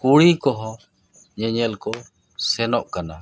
ᱠᱩᱲᱤ ᱠᱚᱦᱚᱸ ᱧᱮᱧᱮᱞ ᱠᱚ ᱥᱮᱱᱚᱜ ᱠᱟᱱᱟ